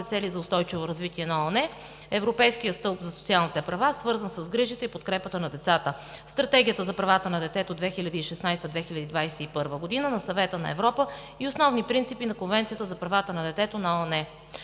цели за устойчиво развитие на ООН, Европейския стълб на социалните права, свързан с грижите и подкрепата на децата, Стратегията за правата на детето 2016 – 2021 г. на Съвета на Европа и основни принципи на Конвенцията за правата на детето на ООН.